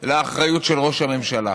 לאחריות של ראש הממשלה.